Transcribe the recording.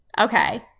Okay